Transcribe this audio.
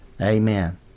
Amen